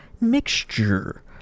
mixture